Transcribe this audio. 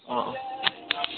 অঁ অঁ